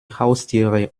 haustiere